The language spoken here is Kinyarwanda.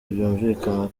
byumvikana